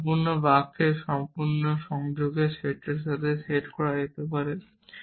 তা সম্পূর্ণ বাক্যের সম্পূর্ণ সংযোগের সেটের সাথে সেট করা যেতে পারে